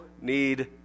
need